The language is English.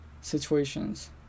situations